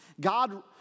God